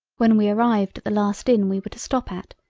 when we arrived at the last inn we were to stop at,